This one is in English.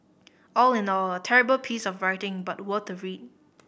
all in all a terrible piece of writing but worth a read